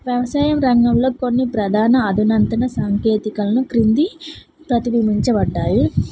వ్యవసాయం రంగంలో కొన్ని ప్రధాన అధునాతన సాంకేతికలను క్రింది ప్రతిబింబించబడ్డాయి